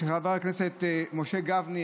של חברי הכנסת משה גפני,